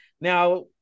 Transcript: now